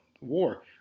War